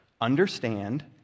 Understand